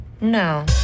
No